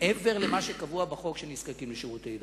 מעבר למה שקבוע בחוק שזקוקים לשירותי דת,